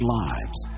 lives